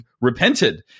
repented